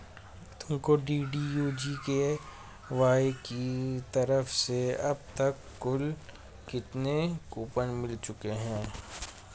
तुमको DDU GKY की तरफ से अब तक कुल कितने कूपन मिल चुके हैं?